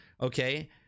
okay